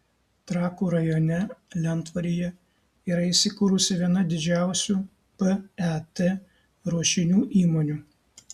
trakų rajone lentvaryje yra įsikūrusi viena didžiausių pet ruošinių įmonių